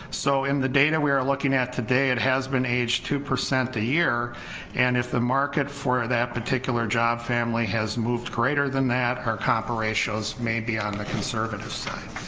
so in the data we are looking at today it has been age two percent a year and if the market for that particular job family has moved greater than that our compa ratios may be on the conservative side.